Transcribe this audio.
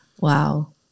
wow